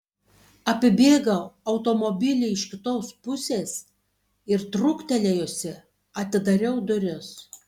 apibėgau automobilį iš kitos pusės ir trūktelėjusi atidariau duris